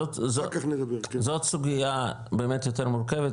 זאת סוגיה באמת יותר מורכבת,